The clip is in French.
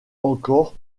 encore